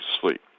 sleep